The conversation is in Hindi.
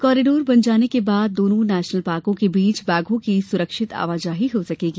कॉरीडोर बन जाने के बाद दोनों नेशनल पार्कों के बीच बाघों की सुरक्षित आवाजाही हो सकेगी